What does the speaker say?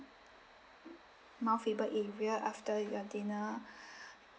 mount faber area after your dinner